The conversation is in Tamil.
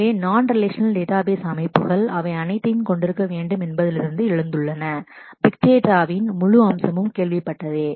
எனவே நான் ரிலேஷனல் டேட்டாபேஸ் அமைப்புகள் non relational database அவை அனைத்தையும் கொண்டிருக்க வேண்டும் என்பதிலிருந்து எழுந்துள்ளன பிக் டேட்டாவின் big data முழு அம்சமும் கேள்விப்பட்டதே